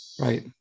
Right